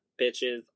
bitches